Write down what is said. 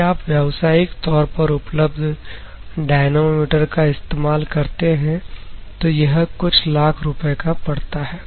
यदि आप व्यवसायिक तौर पर उपलब्ध डायनमोमीटर का इस्तेमाल करते हैं तो यह कुछ लाख रुपए का पड़ता है